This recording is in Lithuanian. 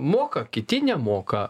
moka kiti nemoka